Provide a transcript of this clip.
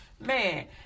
Man